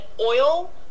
oil